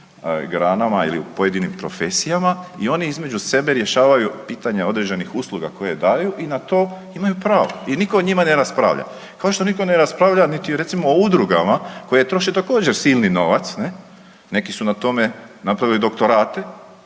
granama ili u pojedinim profesijama i oni između sebe rješavaju pitanja određenih usluga koje daju i na to imaju pravo i nitko o njima ne raspravlja. Kao što nitko ne raspravlja niti recimo o udrugama koje troše također silni novac. Neki su na tome napravili doktorate,